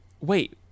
wait